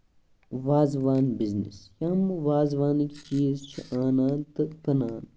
wazwan business کٕمۍ وازوانٕکۍ چیٖز چھِ انان تہٕ کٕنانا